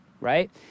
right